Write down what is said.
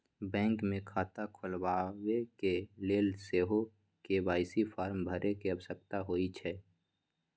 bank मे खता खोलबाबेके लेल सेहो के.वाई.सी फॉर्म भरे के आवश्यकता होइ छै